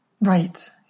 Right